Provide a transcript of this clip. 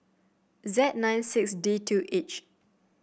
Z nine six D two H